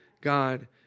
God